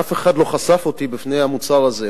אף אחד לא חשף אותי בפני המוצר הזה.